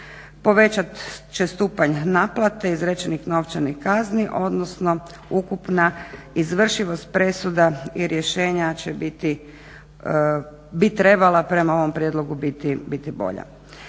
povećat će stupanj naplate izrečenih novčanih kazni, odnosno ukupna izvršivost presuda i rješenja će bi trebala prema ovom prijedlogu biti bolja.